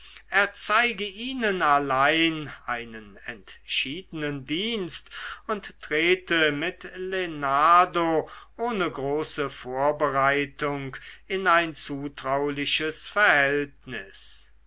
erzeige ihnen allen einen entschiedenen dienst und trete mit lenardo ohne große vorbereitung in ein zutrauliches verhältnis